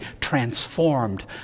transformed